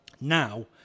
Now